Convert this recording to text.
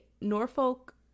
Norfolk